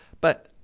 But-